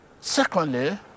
Secondly